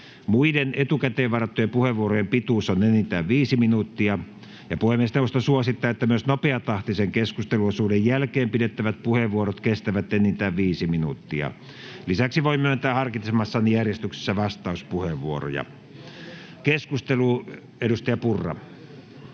Muiden etukäteen varattujen puheenvuorojen pituus on enintään viisi minuuttia, ja puhemiesneuvosto suosittaa, että myös nopeatahtisen keskusteluosuuden jälkeen pidettävät puheenvuorot kestävät enintään viisi minuuttia. Lisäksi voin myöntää harkitsemassani järjestyksessä vastauspuheenvuoroja. — Keskustelu, edustaja Purra.